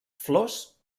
flors